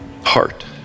heart